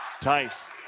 Tice